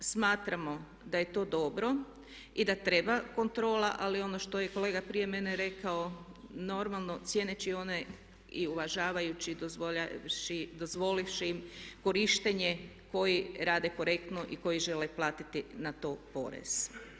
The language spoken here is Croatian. Smatramo da je to dobro i da treba kontrola ali ono što je kolega prije mene rekao normalno cijeneći one i uvažavajući i dozvolivši im korištenje koji rade korektno i koji žele platiti na to porez.